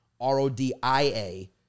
R-O-D-I-A